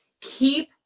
Keep